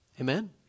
Amen